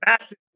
massive